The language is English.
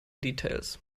details